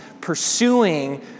pursuing